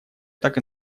так